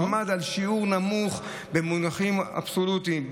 עמד על שיעור נמוך במונחים אבסולוטיים,